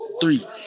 three